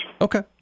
Okay